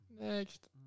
Next